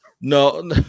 No